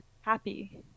happy